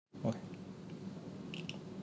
oh